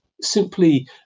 simply